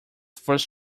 first